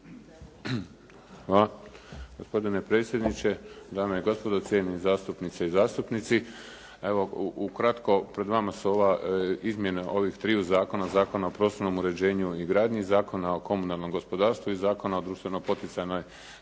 Hvala. Gospodine predsjedniče, dame i gospodo, cijenjeni zastupnice i zastupnici. Evo u kratko, pred vama su ove izmjene ova tri zakona, Zakona o prostornom uređenju i gradnji, Zakona o komunalnom gospodarstvu i Zakona o društveno poticajnoj